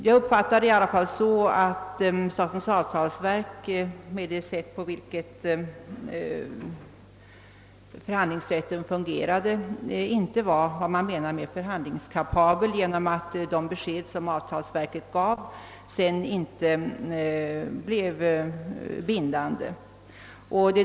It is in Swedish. Jag uppfattade saken så, att statens avtalsverk med det sätt på vilket förhandlingsrätten fungerade inte var vad man menar med förhandlingskapabel, eftersom det besked som avtalsverket gav sedan inte blev bindande.